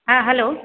হ্যাঁ হ্যালো